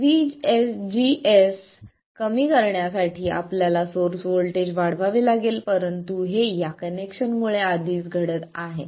VGS कमी करण्यासाठी आपल्याला सोर्स व्होल्टेज वाढवावे लागेल परंतु हे या कनेक्शनमुळे आधीच घडत आहे